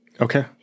Okay